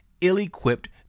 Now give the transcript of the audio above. ill-equipped